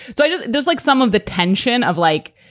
so yeah there's like some of the tension of like,